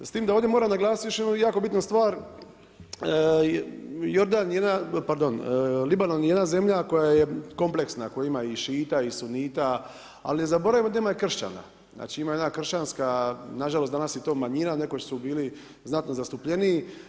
S time da ovdje moram naglasiti još jednu jako bitnu stvar, Libanon je jedna zemlja koja je kompleksna, koja ima i Šita i Sunita ali ne zaboravimo da ima i kršćana, znači ima jedna kršćanska, nažalost danas je to manjina, nekoć su bili znatno zastupljeniji.